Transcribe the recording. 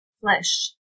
flesh